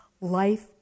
life